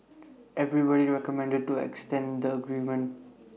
everybody recommended to extend the agreement